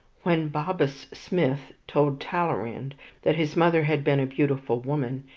when bobus smith told talleyrand that his mother had been a beautiful woman,